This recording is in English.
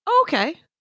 okay